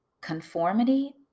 conformity